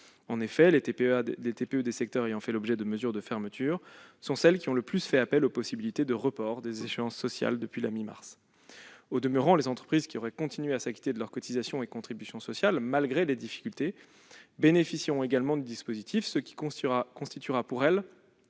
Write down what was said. En effet, les TPE des secteurs ayant fait l'objet de mesures de fermeture sont celles qui ont le plus fait appel aux possibilités de report des échéances sociales depuis la mi-mars. Au demeurant, les entreprises qui auraient continué à s'acquitter de leurs cotisations et contributions sociales malgré les difficultés bénéficieront également du dispositif, ce qui constituera pour elles